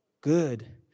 good